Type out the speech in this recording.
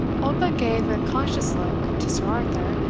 oldbuck gave a conscious look to sir arthur,